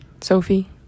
sophie